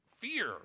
fear